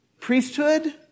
priesthood